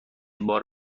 بار